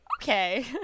okay